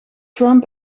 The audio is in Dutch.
trump